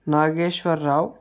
Nageswararao